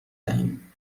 دهیم